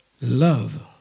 Love